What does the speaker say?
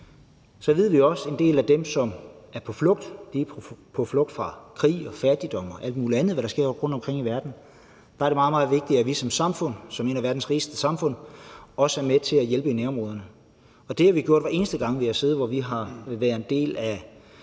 også ved, at en del af dem, som er på flugt, er på flugt fra krig og fattigdom og alt muligt andet af, hvad der sker rundtomkring i verden – at vi som samfund, som et af verdens rigeste samfund, også er med til at hjælpe i nærområderne. Det har vi været med til, hver eneste gang vi har siddet og været en del af